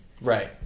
Right